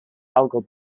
algal